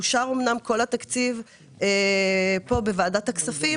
אושר אמנם כל התקציב פה בוועדת הכספים.